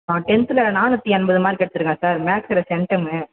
அவன் டென்த்தில் நானூற்றி எண்பது மார்க் எடுத்துருக்கான் சார் மேக்ஸுல செண்டமு